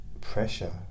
Pressure